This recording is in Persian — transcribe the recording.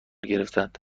گرفتند